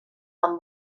amb